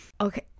Okay